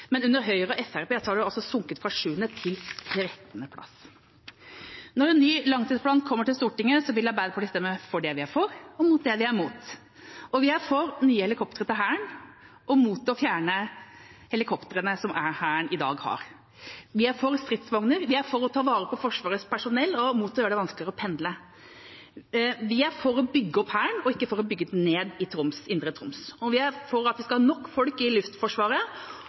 Men under Høyre og Fremskrittspartiet har det sunket fra sjuende til trettende plass. Når en ny langtidsplan kommer til Stortinget, vil Arbeiderpartiet stemme for det vi er for, og mot det vi er mot. Vi er for nye helikoptre til Hæren og mot å fjerne helikoptrene som Hæren i dag har. Vi er for stridsvogner, vi er for å ta vare på Forsvarets personell og mot å gjøre det vanskeligere å pendle. Vi er for å bygge opp Hæren og ikke for å bygge den ned i Indre Troms. Vi er for at vi skal ha nok folk i Luftforsvaret,